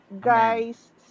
guys